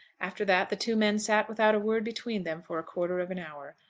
after that the two men sat without a word between them for a quarter of an hour,